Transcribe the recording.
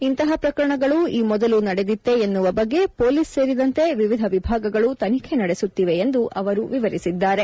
ಇಂತಹ ಪ್ರಕರಣಗಳು ಈ ಮೊದಲು ನಡೆದಿತ್ತೆ ಎನ್ನುವ ಬಗ್ಗೆ ಪೊಲೀಸ್ ಸೇರಿದಂತೆ ವಿವಿಧ ವಿಭಾಗಗಳು ತನಿಖೆ ನಡೆಸುತ್ತಿವೆ ಎಂದು ಅವರು ವಿವರಿಸಿದ್ದಾರೆ